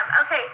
Okay